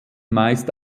meist